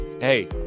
hey